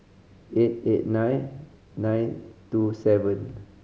eight eight nine nine two seven